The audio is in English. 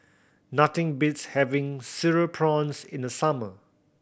nothing beats having Cereal Prawns in the summer